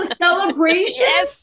celebration